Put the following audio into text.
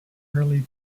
early